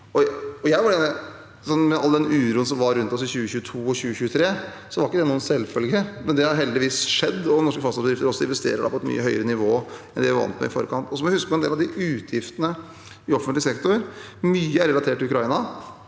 høyere nivå. Med all den uroen som var rundt oss i 2022 og 2023, var ikke det noen selvfølge, men det har heldigvis skjedd, og norske fastlandsbedrifter investerer på et mye høyere nivå enn det vi var vant med i forkant. Vi må huske på at mye av utgiftene i offentlig sektor er relatert til Ukraina